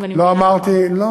אם אני מבינה אותך.